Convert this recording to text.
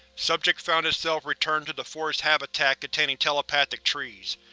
subject found itself returned to the forest habitat containing telepathic trees.